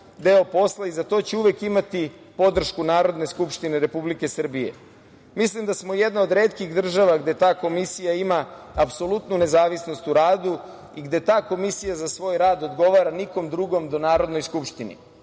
deo posla i za to će uvek imati podršku Narodne skupštine Republike Srbije. Mislim da smo jedna od retkih država gde ta komisija ima apsolutnu nezavisnost u radu i gde ta komisija za svoj rad odgovara nikom drugom do Narodnoj skupštini.